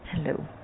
Hello